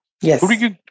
Yes